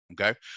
Okay